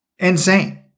insane